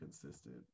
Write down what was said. consistent